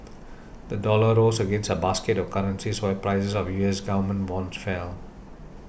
the dollar rose against a basket of currencies while prices of U S government bonds fell